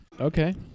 Okay